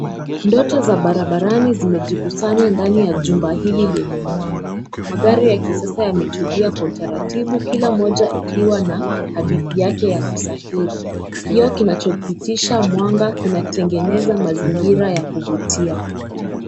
Ndoto za barabarani zimejikusanya ndani ya jumba hili lenye mwanga, magari ya kisasa yametulia kwa utaratibu, kila moja ikiwa na hadithi yake ya kusafiri, kioo kinachopitisha mwanga kinatengeneza mazingira ya kuvutia.